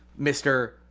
Mr